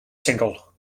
single